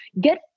Get